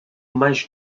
mais